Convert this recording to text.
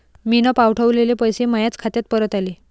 मीन पावठवलेले पैसे मायाच खात्यात परत आले